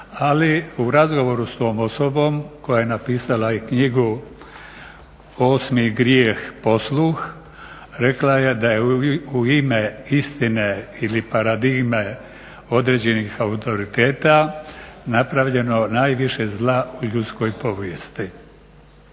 ali u razgovoru s tom osobom koja je napisala i knjigu "Osmi grijeh posluh", rekla je da je u ime istine ili paradigme određenih autoriteta napravljeno najviše zla u ljudskoj povijesti.